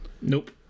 nope